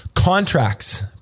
Contracts